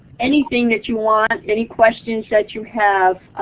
anything that you want, any questions that you have